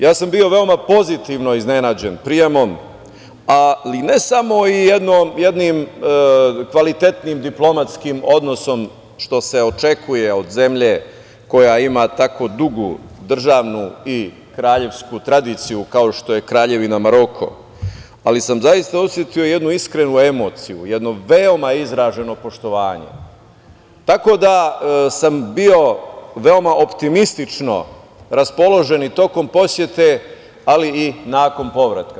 Ja sam bio veoma pozitivno iznenađen prijemom, ali ne samo jednim kvalitetnim diplomatskim odnosom, što se očekuje od zemlje koja ima tako dugu državnu i kraljevsku tradiciju, kao što je Kraljevina Maroko, ali sam zaista osetio jednu iskrenu emociju, jedno veoma izraženo poštovanje, tako da sam bio veoma optimistično raspoložen i tokom posete, ali i nakon povratka.